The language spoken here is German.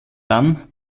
dann